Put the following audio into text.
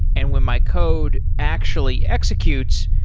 and when my code actually executes,